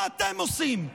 מה אתם עושים?